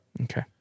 Okay